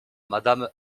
madame